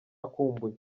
akumbuye